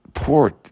Poor